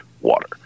water